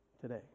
today